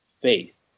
faith